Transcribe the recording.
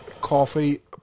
coffee